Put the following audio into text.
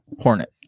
Hornet